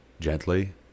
gently